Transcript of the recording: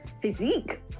physique